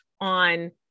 on